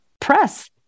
press